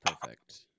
Perfect